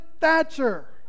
Thatcher